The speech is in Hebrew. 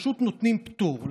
פשוט נותנים פטור.